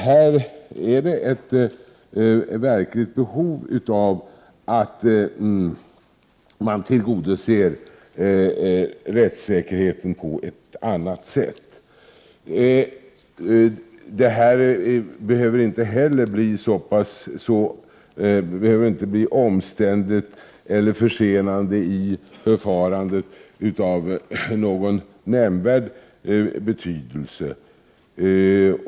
Här finns ett verkligt behov av att rättssäkerheten tillgodoses på ett annat sätt. Detta behöver inte bli omständligt eller medföra försening av förfarandet av någon nämnvärd betydelse.